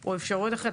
או אפשרויות אחרות.